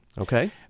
Okay